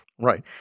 Right